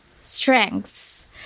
strengths